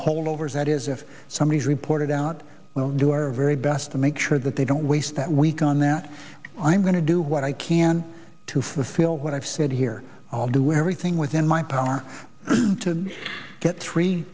holdovers that is if somebody is reported out do our very best to make sure that they don't waste that week on that i'm going to do what i can to fulfill what i've said here i'll do everything within my power to get three